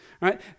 right